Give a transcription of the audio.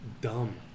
dumb